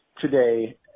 today